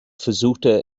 versuchte